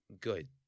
Good